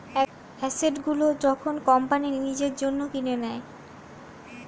asset গুলো যখন company নিজের জন্য কিনে নেয়